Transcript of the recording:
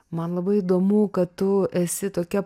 man labai įdomu kad tu esi tokia